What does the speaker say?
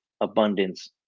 abundance